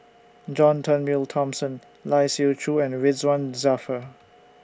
John Turnbull Thomson Lai Siu Chiu and Ridzwan Dzafir